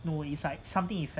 no it's like something effect